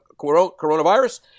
coronavirus